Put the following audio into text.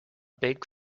big